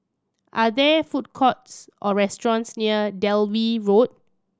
are there food courts or restaurants near Dalvey Road